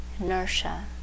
inertia